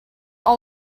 all